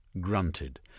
grunted